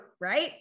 right